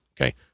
Okay